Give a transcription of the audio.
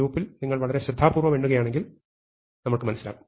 ലൂപ്പിൽ നിങ്ങൾ വളരെ ശ്രദ്ധാപൂർവ്വം എണ്ണുകയാണെങ്കിൽ നമ്മൾ മനസ്സിലാക്കും